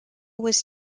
was